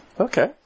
Okay